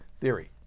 theory